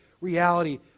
reality